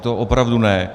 To opravdu ne.